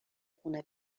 خونه